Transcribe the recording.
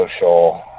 social